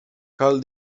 cal